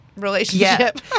relationship